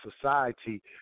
society